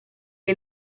che